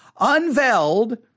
unveiled